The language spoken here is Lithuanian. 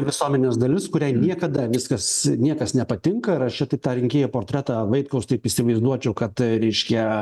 visuomenės dalis kuriai niekada viskas niekas nepatinka ir aš čia taip tą rinkėjo portretą vaitkaus taip įsivaizduočiau kad reiškia